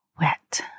Wet